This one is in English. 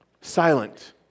Silent